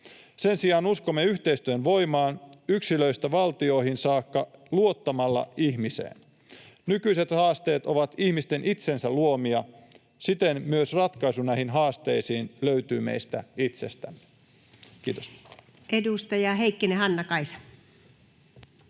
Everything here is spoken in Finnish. Sen sijaan uskomme yhteistyön voimaan yksilöistä valtioihin saakka luottamalla ihmiseen. Nykyiset haasteet ovat ihmisten itsensä luomia. Siten myös ratkaisu näihin haasteisiin löytyy meistä itsestämme. — Kiitos. [Speech 12] Speaker: